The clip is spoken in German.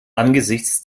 angesichts